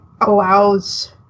allows